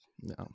no